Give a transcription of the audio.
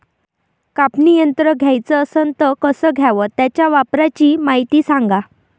कापनी यंत्र घ्याचं असन त कस घ्याव? त्याच्या वापराची मायती सांगा